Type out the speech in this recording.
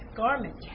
garment